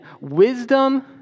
Wisdom